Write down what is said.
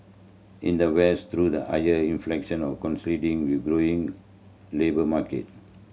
in the West through the higher with glowing labour market